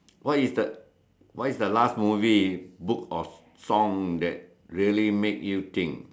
what is the last movie book or song that really make you think